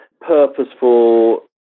purposeful